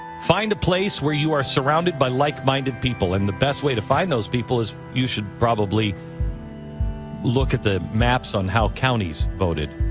find a place where you are surrounded by like-minded people and the best way to find those people is you should probably look at the maps on how counties voted.